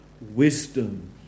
wisdom